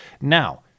Now